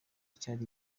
cyari